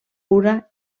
pura